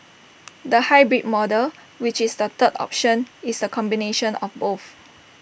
the hybrid model which is the third option is A combination of both